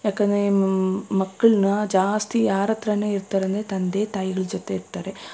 ಯಾಕಂದರೆ ಮಕ್ಕಳನ್ನ ಜಾಸ್ತಿ ಯಾರತ್ರನೇ ಇರ್ತಾರಂದ್ರೆ ತಂದೆ ತಾಯಿಗಳ ಜೊತೆ ಇರ್ತಾರೆ